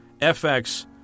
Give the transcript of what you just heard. FX